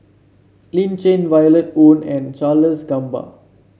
Lin Chen Violet Oon and Charles Gamba